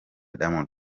diamond